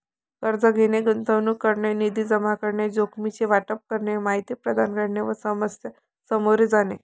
कर्ज घेणे, गुंतवणूक करणे, निधी जमा करणे, जोखमीचे वाटप करणे, माहिती प्रदान करणे व समस्या सामोरे जाणे